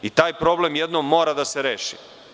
Taj problem jednom mora da se reši.